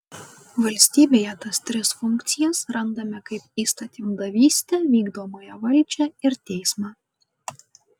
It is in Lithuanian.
valstybėje tas tris funkcijas randame kaip įstatymdavystę vykdomąją valdžią ir teismą